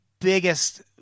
biggest